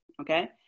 okay